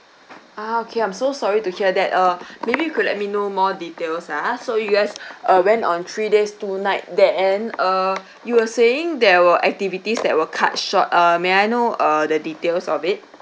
ah okay I'm so sorry to hear that uh maybe you could let me know more details ah so you guys uh went on three days two night then err you were saying there were activities that were cut short err may I know err the details of it